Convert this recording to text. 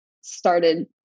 started